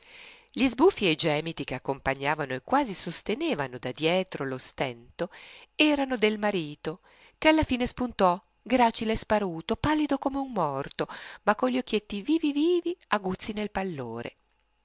gli sbuffi e i gemiti che accompagnavano e quasi sostenevano da dietro lo stento erano del marito che alla fine spuntò gracile e sparuto pallido come un morto ma con gli occhietti vivi vivi aguzzi nel pallore